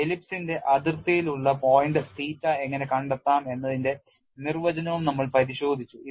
Ellipse ന്റെ അതിർത്തിയിലുള്ള point തീറ്റ എങ്ങനെ കണ്ടെത്താം എന്നതിന്റെ നിർവചനവും നമ്മൾ പരിശോധിച്ചു